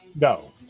No